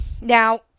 Now